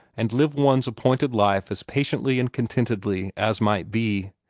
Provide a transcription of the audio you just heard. and live one's appointed life as patiently and contentedly as might be.